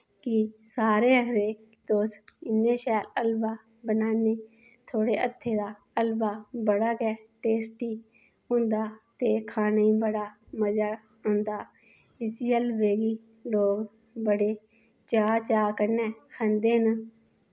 कि सारे आक्खदे तुस इन्ना शैल हलबा बनान्ने थोआड़े हत्थे दा हलबा बड़ा गै टेस्टी होंदा ते खाने ई बड़ा मजा आंदा इस्सी हलवे गी लोग बड़े चाऽ चाऽ कन्नै खंदे न